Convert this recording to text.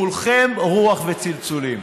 כולכם רוח וצלצולים.